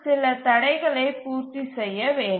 சில தடைகளை பூர்த்தி செய்ய வேண்டும்